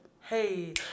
Hey